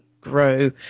grow